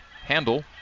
handle